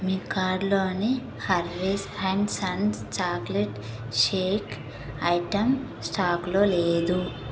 మీ కార్డులోని Harvey's and sons chocolate shake item స్టాకులో లేదు